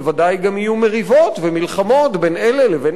יהיו מריבות ומלחמות בין אלה לבין אלה,